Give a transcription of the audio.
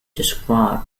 describe